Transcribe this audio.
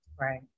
Right